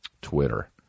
Twitter